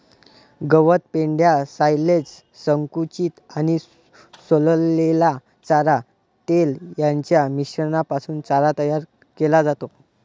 गवत, पेंढा, सायलेज, संकुचित आणि सोललेला चारा, तेल यांच्या मिश्रणापासून चारा तयार केला जातो